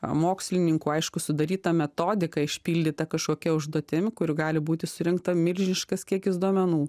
mokslininkų aišku sudarytą metodiką išpildytą kažkokia užduotim kur gali būti surinkta milžiniškas kiekis duomenų